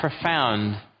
profound